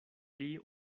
pli